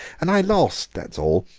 and i lost, that's all.